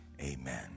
amen